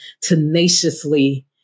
tenaciously